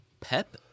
Pep